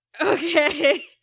Okay